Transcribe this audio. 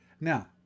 Now